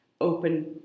open